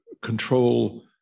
control